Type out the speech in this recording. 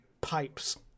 pipes